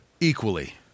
equally